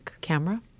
camera